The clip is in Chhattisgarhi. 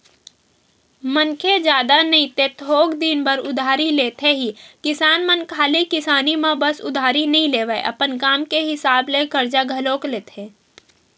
मनखे जादा नई ते थोक दिन बर उधारी लेथे ही किसान मन खाली किसानी म बस उधारी नइ लेवय, अपन काम के हिसाब ले करजा घलोक लेथे